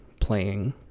playing